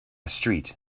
street